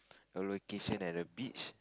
a location at the beach